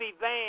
van